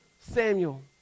Samuel